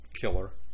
killer